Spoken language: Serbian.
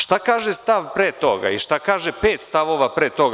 Šta kaže stav pre toga i šta kaže pet stavova pre toga?